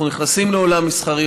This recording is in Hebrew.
אנחנו נכנסים לעולם מסחרי,